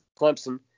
Clemson